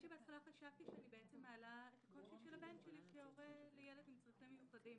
חשבתי פשוט להעלות את הקושי של הבן שלי כהורה לילד עם צרכים מיוחדים.